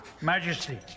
Majesty